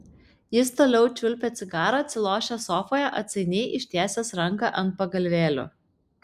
jis toliau čiulpė cigarą atsilošęs sofoje atsainiai ištiesęs ranką ant pagalvėlių